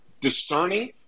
discerning